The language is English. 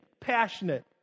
passionate